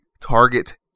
target